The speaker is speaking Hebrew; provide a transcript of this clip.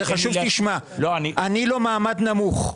אני לא מעמד נמוך,